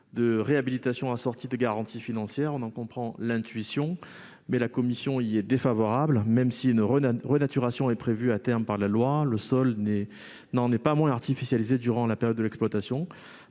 de réhabilitation assorties de garanties financières, je comprends l'intention de son auteur mais la commission y est défavorable. Même si une renaturation est prévue à terme par la loi, le sol n'en est pas moins artificialisé durant la période de l'exploitation,